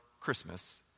Christmas